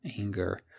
anger